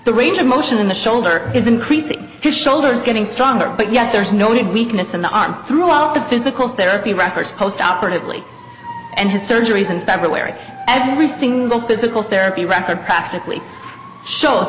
the range of motion in the shoulder is increasing his shoulders getting stronger but yet there's no need weakness in the arm throughout the physical therapy records post operatively and his surgeries in february every single physical therapy record practically shows